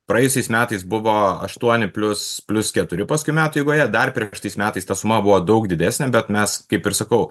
praėjusiais metais buvo aštuoni plius plius keturi paskui metų eigoje dar prieš tais metais ta suma buvo daug didesnė bet mes kaip ir sakau